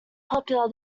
popular